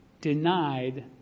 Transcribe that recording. Denied